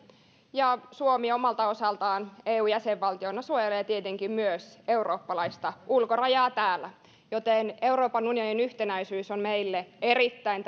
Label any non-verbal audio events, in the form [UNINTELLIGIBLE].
suomi omalta osaltaan eu jäsenvaltiona suojelee tietenkin myös eurooppalaista ulkorajaa täällä joten euroopan unionin yhtenäisyys on meille erittäin [UNINTELLIGIBLE]